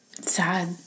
sad